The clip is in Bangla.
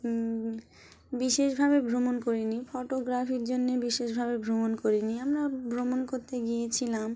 বিশেষভাবে ভ্রমণ করিনি ফটোগ্রাফির জন্যে বিশেষভাবে ভ্রমণ করিনি আমরা ভ্রমণ করতে গিয়েছিলাম